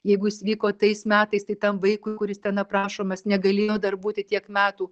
jeigu jis vyko tais metais tai tam vaikui kuris ten aprašomas negalėjo dar būti tiek metų